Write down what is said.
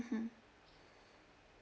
mmhmm